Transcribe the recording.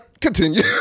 continue